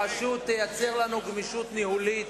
הרשות תייצר לנו גמישות ניהולית,